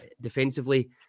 defensively